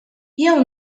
jew